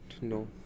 no